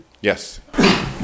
Yes